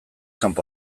kanpo